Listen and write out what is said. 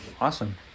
Awesome